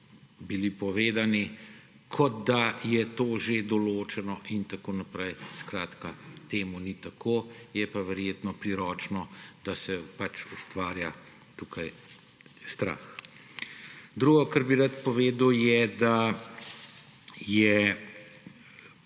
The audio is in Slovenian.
bili povedani, kot da je to že določeno in tako naprej – skratka, to ni tako. Je pa verjetno priročno, da se ustvarja tukaj strah. Naslednje, kar bi rad povedal, je, da je verjetno